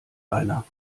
einer